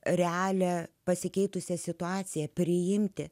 realią pasikeitusią situaciją priimti